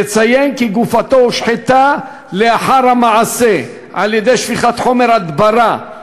נציין כי גופתו הושחתה לאחר המעשה על-ידי שפיכת חומר הדברה,